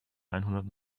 einhundert